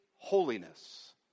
Holiness